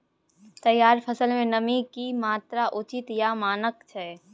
तैयार फसल में नमी के की मात्रा उचित या मानक छै?